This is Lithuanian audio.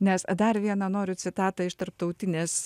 nes dar viena noriu citatą iš tarptautinės